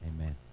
amen